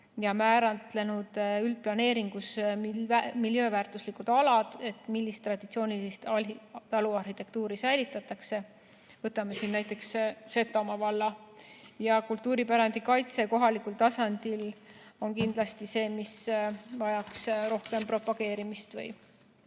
ja määratlenud üldplaneeringus miljööväärtuslikud alad, kus traditsioonilist taluarhitektuuri säilitatakse, võtame näiteks Setomaa valla. Kultuuripärandi kaitse kohalikul tasandil on kindlasti see, mis vajaks rohkem propageerimist või